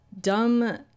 dumb